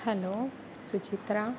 hello Suchitra